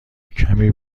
کمی